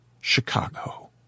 Chicago